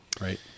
Right